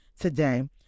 today